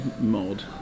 mod